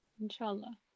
Inshallah